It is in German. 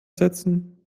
setzen